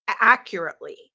accurately